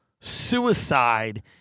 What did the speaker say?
suicide